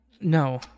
no